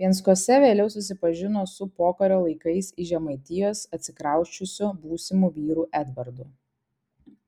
venckuose vėliau susipažino su pokario laikais iš žemaitijos atsikrausčiusiu būsimu vyru edvardu